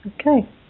Okay